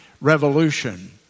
revolution